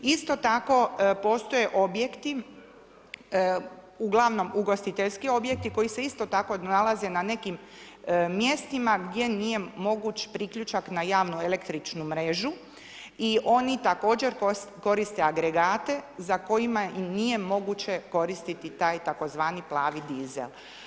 Isto tako postoje objekti uglavnom ugostiteljski objekti koji se isto tako nalaze na nekim mjestima gdje nije moguće priključak na javno električnu mrežu i oni također koriste agregate za kojima i nije moguće koristiti taj tzv. plavi dizel.